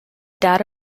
data